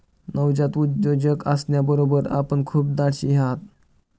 नवजात उद्योजक असण्याबरोबर आपण खूप धाडशीही आहात